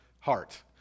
heart